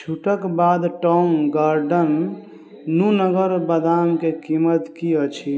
छूटक बाद Tong Garden नूनगर बदामके कीमत की अछि